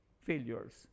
failures